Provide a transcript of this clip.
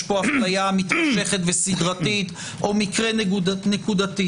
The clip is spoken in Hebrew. פה אפליה מתמשכת וסדרתית או מקרה נקודתי.